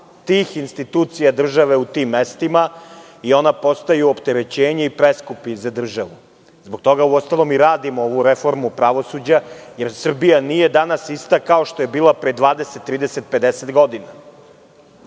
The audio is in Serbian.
tih institucija države u tim mestima, jer one postaju opterećenje i preskupe su za državu. Zbog toga uostalom i radimo ovu reformu pravosuđa, jer Srbija nije danas ista kao što je bila pre 20, 30 ili 50 godina.